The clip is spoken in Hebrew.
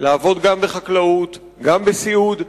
לעבוד גם בחקלאות וגם בסיעוד.